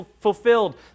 fulfilled